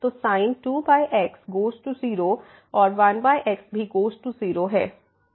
तो sin 2x goes to 0 और 1x भी गोज़ टू 0 है